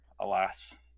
alas